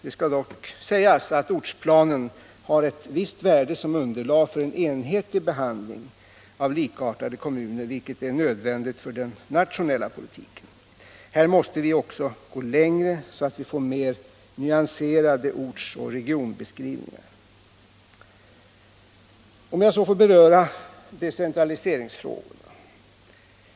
Det skall dock sägas att ortsplanen har ett visst värde som underlag för en enhetlig behandling av liknande kommuner, vilket är nödvändigt för den nationella politiken. Här måste vi också gå längre, så att vi får mer nyanserade ortsoch regionbeskrivningar. Låt mig så beröra decentraliseringsfrågorna.